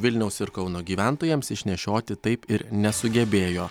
vilniaus ir kauno gyventojams išnešioti taip ir nesugebėjo